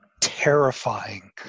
terrifying